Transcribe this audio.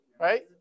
right